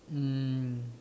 mm